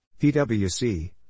PwC